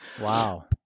Wow